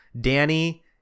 Danny